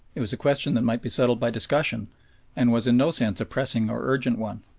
it was a question that might be settled by discussion and was in no sense a pressing or urgent one.